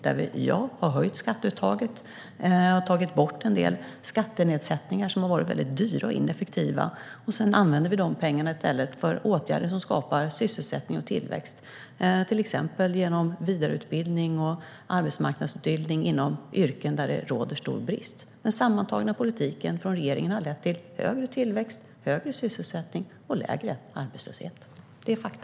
Ja, vi har höjt skatteuttaget och tagit bort en del skattenedsättningar som har varit väldigt dyra och ineffektiva. Sedan använder vi i stället de pengarna för åtgärder som skapar sysselsättning och tillväxt, till exempel genom vidareutbildning och arbetsmarknadsutbildning inom yrken där det råder stor brist. Den sammantagna politiken från regeringen har lett till högre tillväxt, högre sysselsättning och lägre arbetslöshet. Det är fakta.